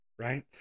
right